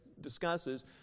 discusses